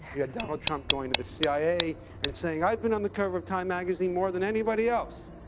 you had donald trump going to the cia and saying, i've been on the cover of time magazine more than anybody else.